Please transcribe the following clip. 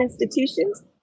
institutions